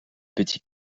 petits